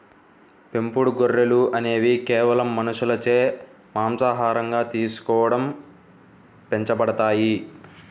పెంపుడు గొర్రెలు అనేవి కేవలం మనుషులచే మాంసాహారంగా తీసుకోవడం పెంచబడతాయి